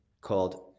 called